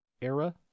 era